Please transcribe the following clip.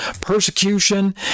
persecution